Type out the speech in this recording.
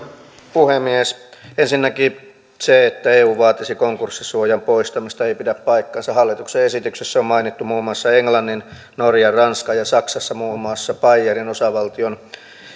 puhemies ensinnäkin se että eu vaatisi konkurssisuojan poistamista ei pidä paikkaansa hallituksen esityksessä on mainittu muun muassa englannin norjan ranskan ja saksassa muun muassa baijerin osavaltion